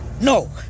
No